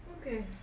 okay